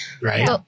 Right